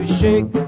shake